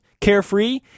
Carefree